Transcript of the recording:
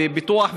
וביטוח,